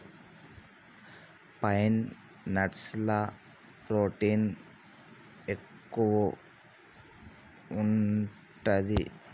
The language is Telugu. పైన్ నట్స్ ల ప్రోటీన్ ఎక్కువు ఉంటది